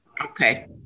Okay